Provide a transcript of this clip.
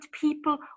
people